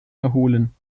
erholen